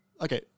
okay